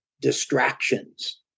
distractions